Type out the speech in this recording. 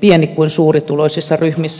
pieni kuin suurituloisissa ryhmissä